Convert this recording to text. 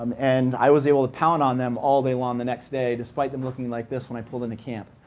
and and i was able to pound on them all day long the next day, despite them looking like this when i pulled into camp.